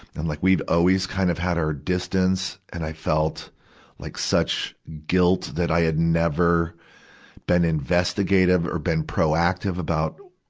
and like, we've always kind of has our distance, and i felt like such guilt that i had never been investigative or been proactive about,